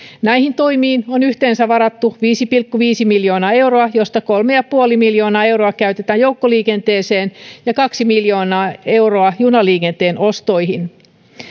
näihin toimiin on yhteensä varattu viisi pilkku viisi miljoonaa euroa josta kolme pilkku viisi miljoonaa euroa käytetään joukkoliikenteeseen ja kaksi miljoonaa euroa junaliikenteen ostoihin